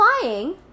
flying